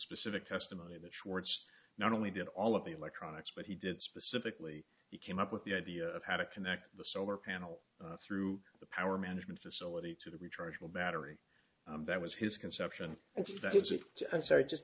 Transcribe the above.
specific testimony that schwartz not only did all of the electronics but he did specifically he came up with the idea of how to connect the solar panel through the power management facility to the rechargeable battery that was his conception and that's it i'm sorry just